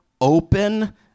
open